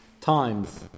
times